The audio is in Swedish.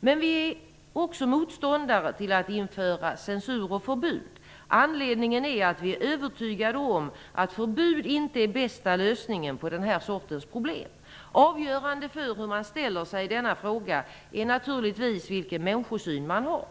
Men vi är också motståndare till att införa censur och förbud. Anledningen är att vi är övertygade om att förbud inte är bästa lösningen på den här sortens problem. Avgörande för hur man ställer sig i denna fråga är naturligtvis vilken människosyn man har.